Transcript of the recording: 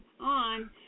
on